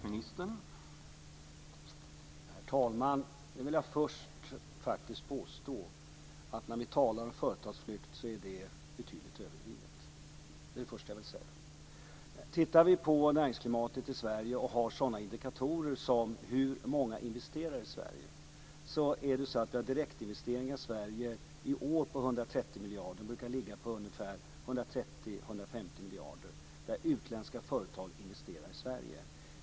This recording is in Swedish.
Herr talman! Jag vill först påstå att när vi talar om företagsflykt så är det betydligt överdrivet. Tittar vi på näringsklimatet i Sverige och har sådana indikatorer som hur många som investerar i Sverige så ser vi att vi har direktinvesteringar i Sverige i år på 130 miljarder. Det brukar ligga på ungefär 130-150 miljarder kronor som utländska företag som investerar i Sverige.